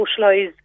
socialise